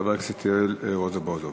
חבר הכנסת יואל רזבוזוב.